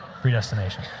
predestination